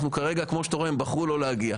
כמו שאתה רואה, הם בחרו לא להגיע.